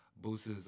boosts